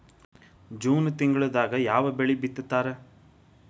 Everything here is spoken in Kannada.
ಜೂನ್ ತಿಂಗಳದಾಗ ಯಾವ ಬೆಳಿ ಬಿತ್ತತಾರ?